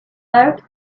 out